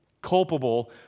culpable